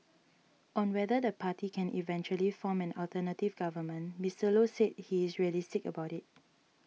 on whether the party can eventually form an alternative government Mister Low said he is realistic about it